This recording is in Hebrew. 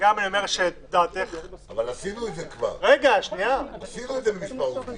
אבל עשינו את זה כבר על פי מספר עובדים.